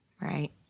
Right